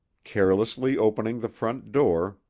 carelessly opening the front door,